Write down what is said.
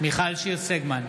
מיכל שיר סגמן,